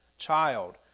child